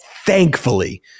Thankfully